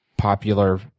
popular